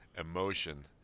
emotion